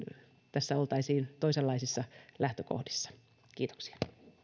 tässä oltaisiin toisenlaisissa lähtökohdissa kiitoksia